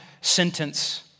sentence